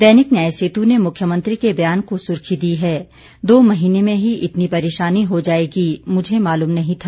दैनिक न्याय सेतु ने मुख्यमंत्री के बयान को सुर्खी दी है दो महीने में ही इतनी परेशानी हो जाएगी मुझा मालुम नहीं था